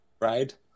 right